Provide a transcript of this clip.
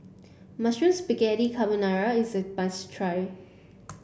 mushroom Spaghetti Carbonara is a must try